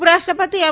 ઉપરાષ્ટ્રપતિ એમ